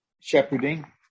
shepherding